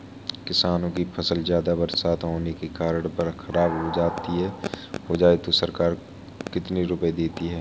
किसानों की फसल ज्यादा बरसात होने के कारण खराब हो जाए तो सरकार कितने रुपये देती है?